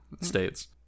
states